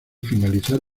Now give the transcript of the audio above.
finalizar